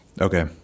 Okay